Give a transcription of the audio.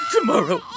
Tomorrow